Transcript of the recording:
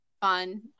fun